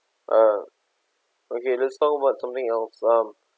uh okay let's talk about something else um